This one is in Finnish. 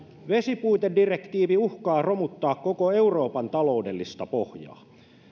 vesipuitedirektiivi uhkaa romuttaa koko euroopan taloudellista pohjaa